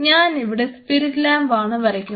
ഞാനിവിടെ സ്പിരിറ്റുലാമ്പ് ആണ് വരയ്ക്കുന്നത്